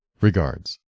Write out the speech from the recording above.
Regards